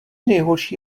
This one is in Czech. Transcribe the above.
nejhorší